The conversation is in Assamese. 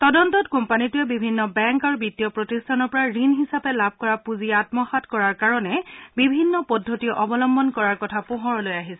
তদস্তত কোম্পানীটোৱে বিভিন্ন বেংক আৰু বিত্তীয় প্ৰতিষ্ঠানৰ পৰা ঋণ হিচাপে লাভ কৰা পুঁজি আম্মসাৎ কৰাৰ বাবে বিভিন্ন পদ্ধিত অৱলম্বন কৰাৰ কথা পোহৰলৈ আহিছে